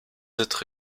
être